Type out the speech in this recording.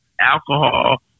alcohol